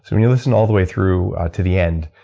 when you listen all the way through to the end,